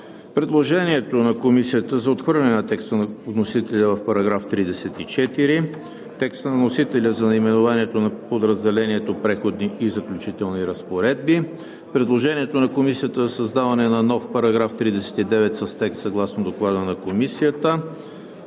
предложението на Комисията за отхвърляне на текста на вносителя в § 34; текста на вносителя за наименованието на подразделението „Преходни и заключителни разпоредби“; предложението на Комисията за създаване на нов § 39 с текст съгласно Доклада на Комисията;